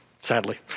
sadly